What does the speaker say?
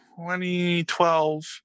2012